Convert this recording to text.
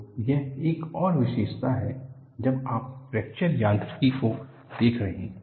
तो यह एक और विशेषता है जब आप फ्रैक्चर यांत्रिकी को देख रहे हैं